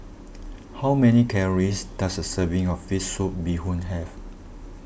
how many calories does a serving of Fish Soup Bee Hoon have